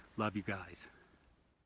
love you guys.